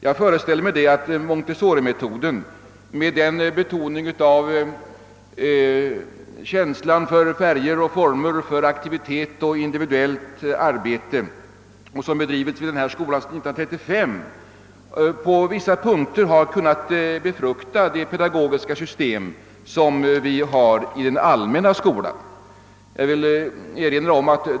Jag föreställer mig att montessorimetoden, som använts vid Göteborgs högre samskola sedan 1935, med dess betoning av känslan för färger, former, aktivitet och individuellt arbete på vissa punkter skulle kunna verka befruktande på det pedagogiska system som finns i den allmänna skolan.